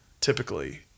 typically